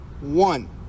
One